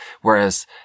Whereas